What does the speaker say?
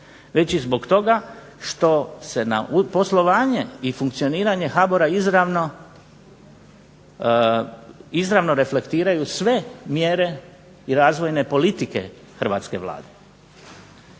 već i zbog toga što se na poslovanje i funkcioniranje HBOR-a izravno reflektiraju sve mjere i razvojne politike hrvatske Vlade.